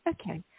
Okay